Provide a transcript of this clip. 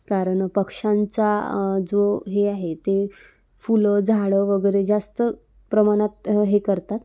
कारण पक्षांचा जो हे आहे ते फुलं झाडं वगैरे जास्त प्रमाणात हे करतात